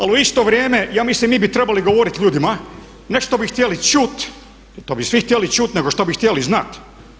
Ali u isto vrijeme ja mislim mi bi trebali govoriti ljudima ne što bi htjeli čuti, to bi svi htjeli čuti nego što bi htjeli znati.